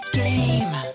game